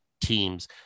teams